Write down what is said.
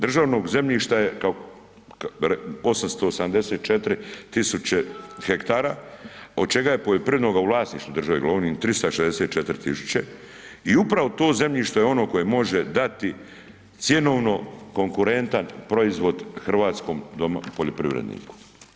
Državnog zemljišta je 884 tisuće hektara, od čega je poljoprivrednoga u vlasništvu države govorim, 364 tisuće, i upravo to zemljište je ono koje može dati cjenovno konkurentan proizvod hrvatskom poljoprivredniku.